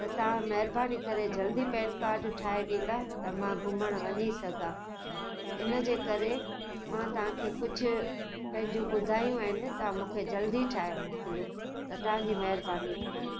त तव्हां महिरबानी करे जल्दी पैन कार्ड ठाहे ॾींदा त मां घुमणु वञी सघां इन जे करे मां तव्हांखे कुझु पंहिंजो ॿुधायूं आहिनि तव्हां मूंखे जल्दी ठाहे मोकलियो त तव्हांजी महिरबानी थींदी